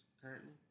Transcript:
currently